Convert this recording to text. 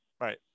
Right